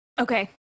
Okay